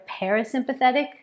parasympathetic